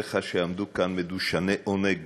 וחבריך שעמדו כאן מדושני עונג